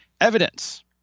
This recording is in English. evidence